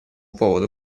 поводу